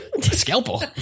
Scalpel